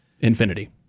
Infinity